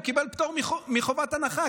הוא קיבל פטור מחובת הנחה,